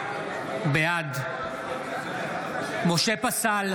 בעד משה פסל,